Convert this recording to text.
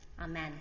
Amen